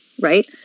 right